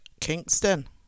Kingston